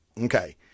Okay